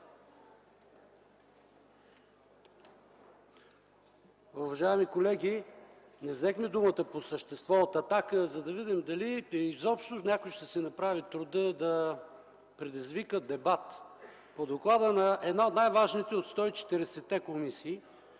Уважаеми колеги, не взехме думата по същество от „Атака”, за да видим дали изобщо някой ще си направи труда да предизвика дебат по доклада на една от най-важните от 140-те комисии,